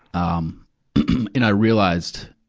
um and i realized,